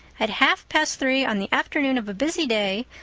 at half-past three on the afternoon of a busy day,